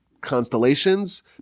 constellations